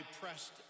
pressed